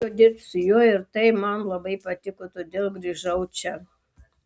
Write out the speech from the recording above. pradėjau dirbi su juo ir tai man labai patiko todėl grįžau čia